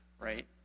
right